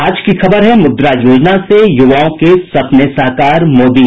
आज की खबर है मुद्रा योजना से युवाओं के सपने साकार मोदी